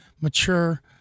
mature